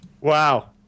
Wow